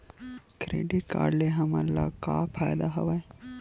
Credit ले हमन ला का फ़ायदा हवय?